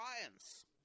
science